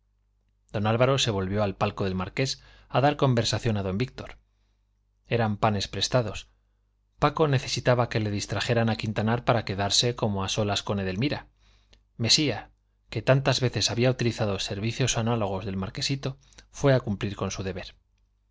don álvaro se volvió al palco del marqués a dar conversación a don víctor eran panes prestados paco necesitaba que le distrajeran a quintanar para quedarse como a solas con edelmira mesía que tantas veces había utilizado servicios análogos del marquesito fue a cumplir con su deber